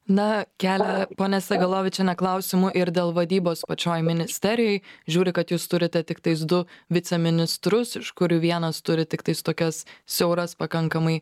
na kelia ponia segalovičienė klausimų ir dėl vadybos pačioj ministerijoj žiūri kad jūs turite tiktais du viceministrus iš kurių vienas turi tiktais tokias siauras pakankamai